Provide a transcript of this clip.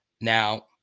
Now